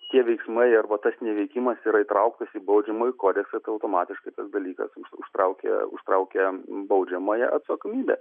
tie veiksmai arba tas neveikimas yra įtrauktas į baudžiamąjį kodeksą tai automatiškai tas dalykas užtraukia užtraukia baudžiamąją atsakomybę